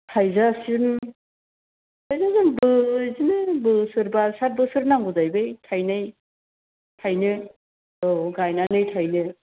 थायजासिम माने जोंबो बिदिनो बोसोरबा साथ बोसोर नांगौ जायो बै थायनाय थायनो औ गायनानै थायनो